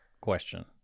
question